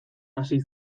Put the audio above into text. hasi